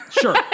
Sure